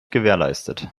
gewährleistet